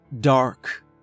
dark